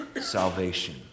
salvation